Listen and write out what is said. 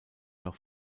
noch